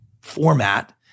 format